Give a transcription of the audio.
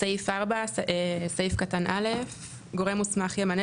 מינוי גורם מרכז אצל הגורם המוסמך 4. א() גורם מוסמך ימנה,